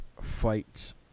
fights